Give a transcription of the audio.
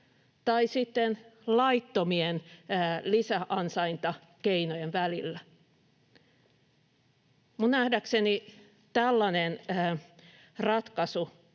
laittomien lisäansaintakeinojen välillä. Minun nähdäkseni tällainen ratkaisu